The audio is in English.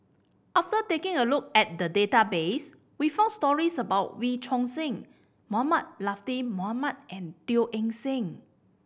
after taking a look at the database we found stories about Wee Choon Seng Mohamed Latiff Mohamed and Teo Eng Seng